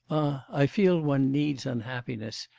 i feel one needs unhappiness,